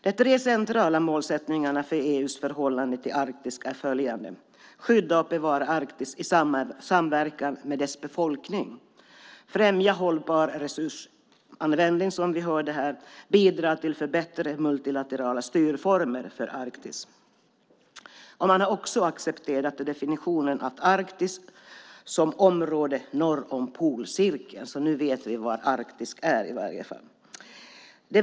De tre centrala målsättningarna för EU:s förhållande till Arktis är att skydda och bevara Arktis i samverkan med dess befolkning, främja hållbar resursanvändning, som vi hörde här, och bidra till förbättrade multilaterala styrformer för Arktis. Man har också accepterat definitionen av Arktis som området norr om polcirkeln. Så nu vet vi i varje fall var Arktis ligger!